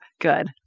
good